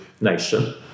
nation